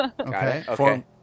Okay